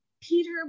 Peter